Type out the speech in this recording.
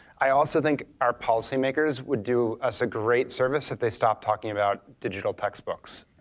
i also think our policymakers would do us a great service if they stopped talking about digital textbooks,